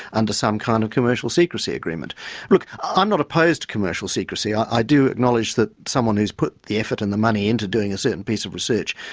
under some kind of commercial secrecy agreement. look, i'm not opposed to commercial secrecy. i do acknowledge that someone who's put the effort and the money in to doing a certain piece of research,